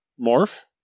morph